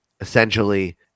Essentially